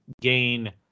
gain